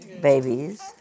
babies